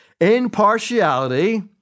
Impartiality